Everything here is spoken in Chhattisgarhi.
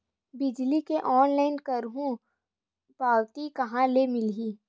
बिजली के ऑनलाइन करहु पावती कहां ले मिलही?